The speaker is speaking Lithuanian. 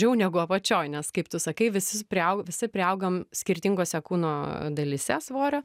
daugiau negu apačioj nes kaip tu sakei visi spriau visi priaugam skirtingose kūno dalyse svorio